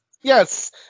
Yes